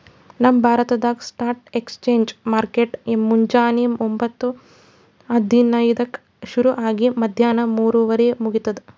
ನಮ್ ಭಾರತ್ದಾಗ್ stock exchange market ಮುಂಜಾನಿ ಒಂಬತ್ತು ಹದಿನೈದಕ್ಕ ಶುರು ಆಗಿ ಮದ್ಯಾಣ ಮೂರುವರಿಗ್ ಮುಗಿತದ್